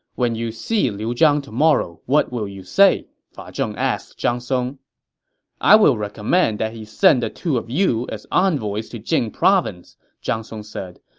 when you see liu zhang tomorrow, what will you say? fa zheng asked zhang song i will recommend that he send the two of you as envoys to jing province, zhang song said,